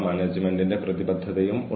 physical ടെസ്റ്റുകൾ ഉണ്ട്